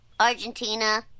Argentina